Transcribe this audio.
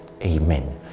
Amen